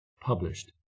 published